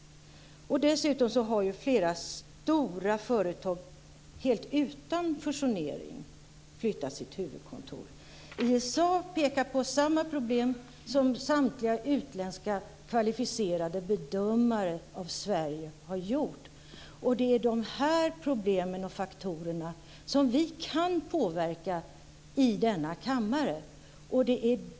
Dessutom har flera stora företag helt utan fusionering flyttat sitt huvudkontor. ISA pekar på samma problem som samtliga utländska kvalificerade bedömare av Sverige har gjort. Det är de här problemen och faktorerna som vi kan påverka i denna kammare.